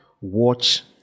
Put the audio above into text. Watch